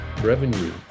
revenue